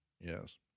Yes